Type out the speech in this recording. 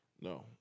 No